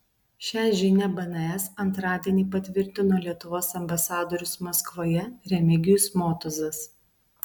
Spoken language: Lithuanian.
šią žinią bns antradienį patvirtino lietuvos ambasadorius maskvoje remigijus motuzas